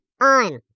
on